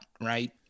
right